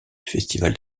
festival